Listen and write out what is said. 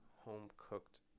home-cooked